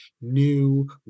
new